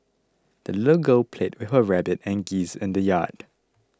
the little girl played with her rabbit and geese in the yard